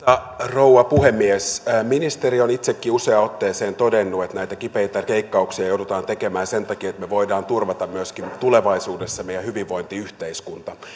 rouva puhemies ministeri on itsekin useaan otteeseen todennut että näitä kipeitä leikkauksia joudutaan tekemään sen takia että voidaan turvata myöskin tulevaisuudessa meidän hyvinvointiyhteiskunta